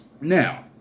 Now